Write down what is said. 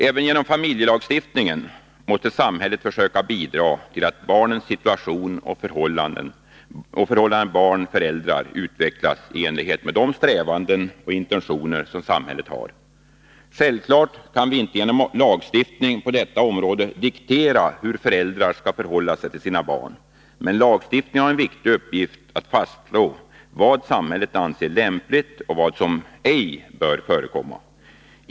Även genom familjelagstiftningen måste samhället försöka bidra till att barnens situation och förhållandet barn-föräldrar utvecklas i enlighet med de strävanden och intentioner som samhället har. Självfallet kan vi inte genom lagstiftning på detta område diktera hur föräldrar skall förhålla sig till sina barn, men lagstiftningen har en viktig uppgift att fastslå vad samhället anser lämpligt och vad som ej bör förekomma.